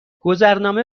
گذرنامه